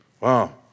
Wow